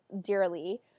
dearly